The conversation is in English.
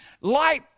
light